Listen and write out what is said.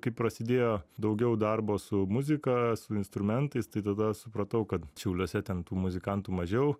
kai prasidėjo daugiau darbo su muzika su instrumentais tai tada supratau kad šiauliuose ten tų muzikantų mažiau